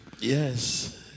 Yes